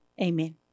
Amen